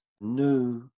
new